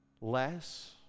less